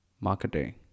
marketing